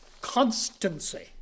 constancy